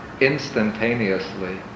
instantaneously